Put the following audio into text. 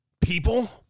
people